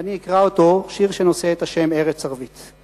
ואני אקרא אותו, שיר שנושא את השם "ארץ ערבית".